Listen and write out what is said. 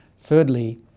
Thirdly